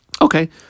okay